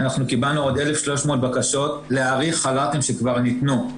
קיבלנו עוד 1,300 בקשות להאריך חל"תים שכבר ניתנו,